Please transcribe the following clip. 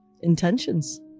intentions